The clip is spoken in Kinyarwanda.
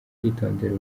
kwitondera